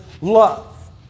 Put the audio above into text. love